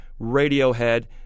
radiohead